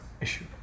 issue